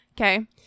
Okay